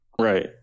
Right